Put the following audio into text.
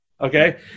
okay